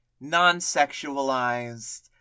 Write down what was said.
non-sexualized